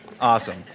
Awesome